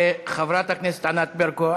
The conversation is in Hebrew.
חברת הכנסת ענת ברקו.